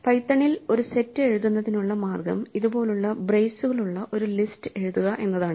പൈത്തണിൽ ഒരു സെറ്റ് എഴുതുന്നതിനുള്ള മാർഗ്ഗം ഇതുപോലുള്ള ബ്രേസുകളുള്ള ഒരു ലിസ്റ്റ് എഴുതുക എന്നതാണ്